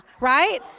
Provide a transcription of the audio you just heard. right